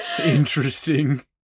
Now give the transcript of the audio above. interesting